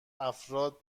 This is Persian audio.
افراد